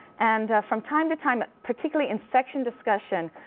and from time to time, particularly in section discussion,